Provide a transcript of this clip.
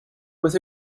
with